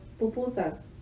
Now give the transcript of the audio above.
pupusas